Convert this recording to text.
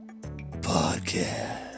Podcast